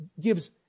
gives